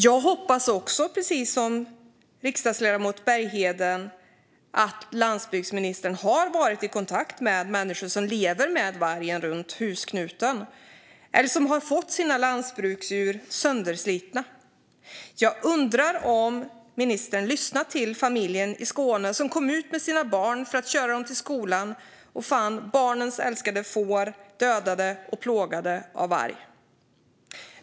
Jag hoppas också, precis som riksdagsledamoten Bergheden, att landsbygdsministern har varit i kontakt med människor som lever med vargen runt husknuten eller som har fått sina lantbruksdjur sönderslitna. Jag undrar om ministern har lyssnat på familjen i Skåne som kom ut med sina barn för att köra dem till skolan och fann barnens älskade får dödade och plågade av varg.